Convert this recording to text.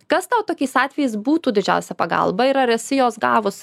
kas tau tokiais atvejais būtų didžiausia pagalba ir ar esi jos gavus